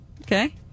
Okay